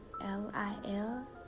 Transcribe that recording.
L-I-L